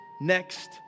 next